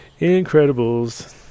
Incredibles